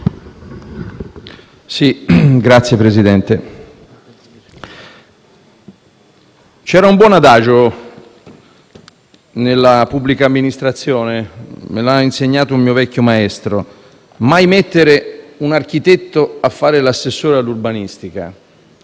Signor Presidente, c'era un buon adagio nella pubblica amministrazione (me l'ha insegnato un mio vecchio maestro): mai mettere un architetto a fare l'assessore all'urbanistica.